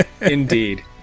Indeed